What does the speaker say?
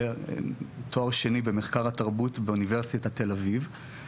ותואר שני במחקר התרבות באונ' תל אביב.